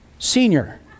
Senior